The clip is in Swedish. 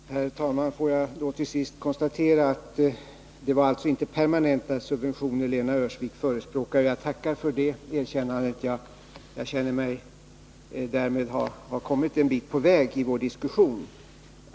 Nr 25 Herr talman! Får jag till sist konstatera att Lena Öhrsvik inte förespråkar Måndagen den permanenta subventioner. Det tackar jag för. Därmed tycker jag att vi har 17 november 1980 kommit en bit på vägen i vår diskussion.